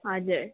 हजुर